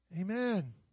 Amen